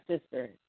sister